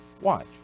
Watch